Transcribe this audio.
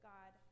God